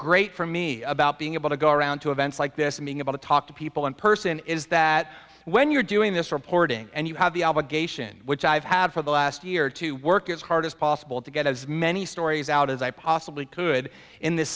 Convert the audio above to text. great for me about being able to go around to events like this and being able to talk to people in person is that when you're doing this reporting and you have the obligation which i've had for the last year to work as hard as possible to get as many stories out as i possibly could in this